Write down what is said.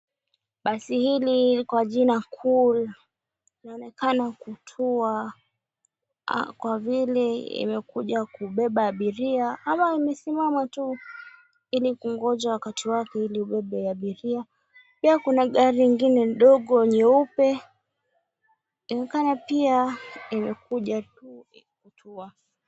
Basi hili kwa jina, Cool, linaonekana kutua, kwa vile imekuja kubeba abiria. Ama imesimama tu, ili kungoja wakati wake ili ibebe abiria. Pia kuna gari ingine ndogo nyeupe, inaonekana pia imekuja tu kutua.